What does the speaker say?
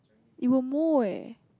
it will mold eh